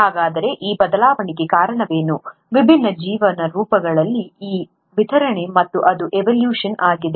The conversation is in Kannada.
ಹಾಗಾದರೆ ಈ ಬದಲಾವಣೆಗೆ ಕಾರಣವೇನು ವಿಭಿನ್ನ ಜೀವನ ರೂಪಗಳಲ್ಲಿ ಈ ವಿತರಣೆ ಮತ್ತು ಅದು ಎವೊಲ್ಯೂಶನ್ ಆಗಿದೆ